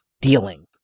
dealing